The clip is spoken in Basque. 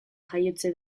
jaiotze